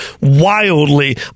wildly